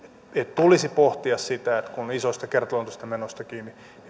tulisi pohtia sitä että kun on isoista kertaluontoisista menoista kyse